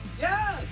Yes